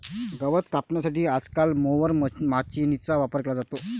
गवत कापण्यासाठी आजकाल मोवर माचीनीचा वापर केला जातो